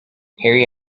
harry